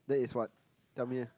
that is what tell me eh